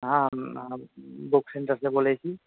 हँ हम बुक सेन्टरसँ बोलै छी